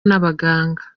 n’abaganga